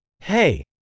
Hey